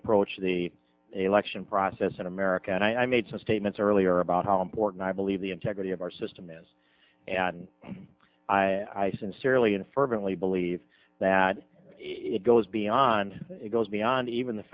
approach the election process in america and i made some statements earlier about how important i believe the integrity of our system is and i sincerely and fervently believe that it goes beyond it goes beyond even the